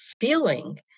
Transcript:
feeling